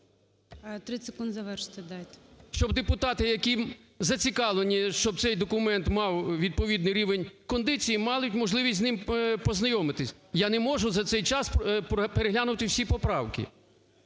30 секунд, завершити дайте. ЛИТВИН В.М. …щоб депутати, які зацікавлені, щоб цей документ мав відповідний рівень кондиції, мали б можливість з ним познайомитись. Я не можу за цей час переглянути всі поправки.